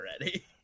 already